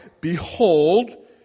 behold